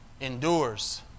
endures